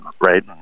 right